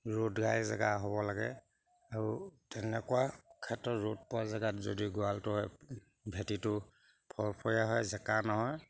ৰ'দ ঘাই জেগা হ'ব লাগে আৰু তেনেকুৱা ক্ষেত্ৰত ৰ'দ পোৱা জেগাত যদি গঁৰালটোৱে ভেটিটো ফৰফৰীয়া হয় জেকা নহয়